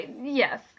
yes